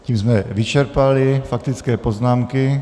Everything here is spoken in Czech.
Tím jsme vyčerpali faktické poznámky.